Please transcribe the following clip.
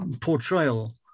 portrayal